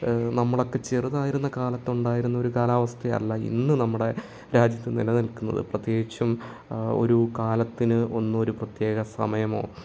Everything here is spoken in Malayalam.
നമ്മളൊക്കെ ചെറുതായിരുന്ന കാലത്തുണ്ടായിരുന്ന ഒരു കാലാവസ്ഥ അല്ല ഇന്ന് നമ്മുടെ രാജ്യത്ത് നിലനിൽക്കുന്നത് പ്രത്യേകിച്ചും ഒരു കാലത്തിന് ഒന്നും ഒരു പ്രത്യേക സമയമോ